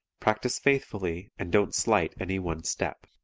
practice faithfully and don't slight any one step.